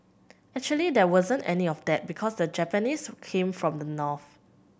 actually there wasn't any of that because the Japanese came from the north